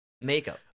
makeup